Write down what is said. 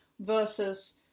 versus